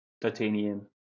titanium